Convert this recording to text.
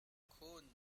khawn